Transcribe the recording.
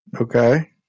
Okay